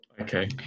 Okay